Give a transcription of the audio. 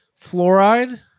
Fluoride